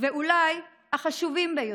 ואולי החשובים ביותר,